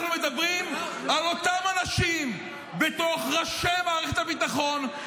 אנחנו מדברים על אותם אנשים בתוך ראשי מערכת הביטחון,